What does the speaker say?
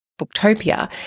Booktopia